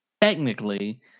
Technically